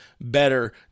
better